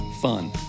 fun